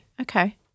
Okay